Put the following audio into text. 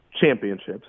championships